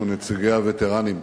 ידידינו נציגי הווטרנים,